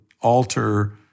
alter